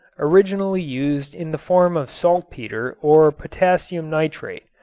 originally used in the form of saltpeter or potassium nitrate,